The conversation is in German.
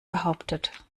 behauptet